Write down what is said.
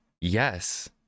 Yes